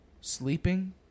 sleeping